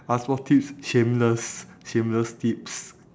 ask for tips shameless shameless tips